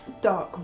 Dark